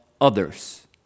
others